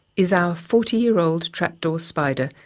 is our forty year old trapdoor spider,